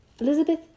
Elizabeth